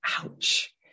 ouch